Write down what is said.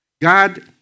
God